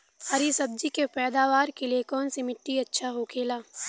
हरी सब्जी के पैदावार के लिए कौन सी मिट्टी अच्छा होखेला?